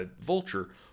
Vulture